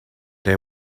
they